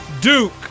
Duke